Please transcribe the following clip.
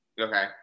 Okay